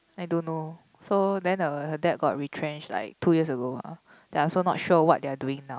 I don't know so then her her dad got retrench like two years ago ah then I also not sure what are they doing now